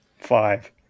Five